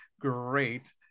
great